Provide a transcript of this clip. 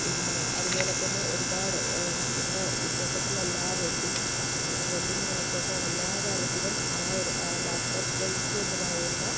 പിന്നെ അതുപോലെ തന്നെ ഒരുപാട് ഇവിടെ ചുറ്റുവട്ടത്തുള്ള എല്ലാ വെഡ്ഡിങ്ങ് വെഡ്ഡിങ്ങിനായിക്കോട്ടെ എല്ലാ കാര്യത്തിനും ആ ഒരു ലാപ്പിഡോസ് ഫ്രെയിംസ് എന്ന് പറയുന്ന